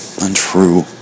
untrue